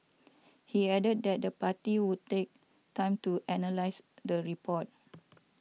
he added that the party would take time to analyse the report